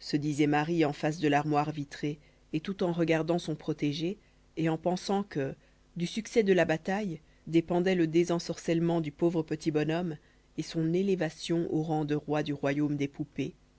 se disait marie en face de l'armoire vitrée et tout en regardant son protégé et en pensant que du succès de la bataille dépendait le désensorcellement du pauvre petit bonhomme et son élévation au rang de roi du royaume des poupées